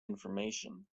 information